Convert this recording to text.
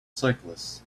cyclists